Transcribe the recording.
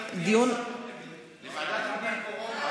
לוועדת הפנים.